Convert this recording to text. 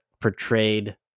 portrayed